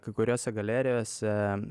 kai kuriose galerijose